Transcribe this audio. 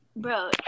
Bro